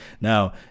Now